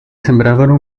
sembravano